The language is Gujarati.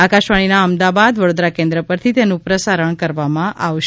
આકાશવાણીના અમદાવાદ વડોદરા કેન્ર પરથી તેનું પ્રસારણ કરવામાં આવશે